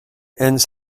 ends